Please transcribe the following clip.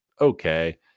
okay